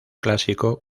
clásico